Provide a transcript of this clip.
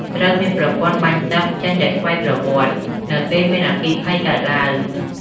ត្រូវមានប្រព័ន្ធបាញ់ទឹកចេញដោយស្វ័យប្រវត្តិនៅពេលមានអគ្គិភ័យកើតទ្បើង។